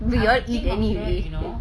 but you all ate it already